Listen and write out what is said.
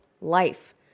life